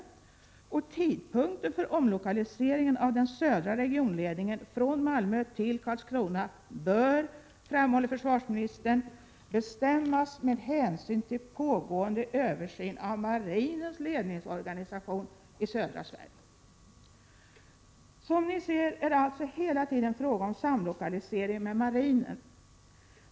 Tidpunkten för omlokaliseringen av den södra regionledningen från Malmö till Karlskrona bör, framhåller försvarsministern, bestämmas med hänsyn till pågående översyn av marinens ledningsorganisation i södra Sverige. Som ni ser är det alltså hela tiden fråga om samlokalisering med marinen.